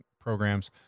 programs